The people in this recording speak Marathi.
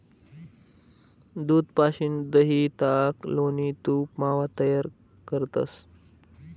दूध पाशीन दही, ताक, लोणी, तूप, मावा तयार करतंस